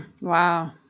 Wow